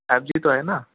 five G तो हैं न